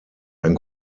ein